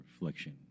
reflection